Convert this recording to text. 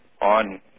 on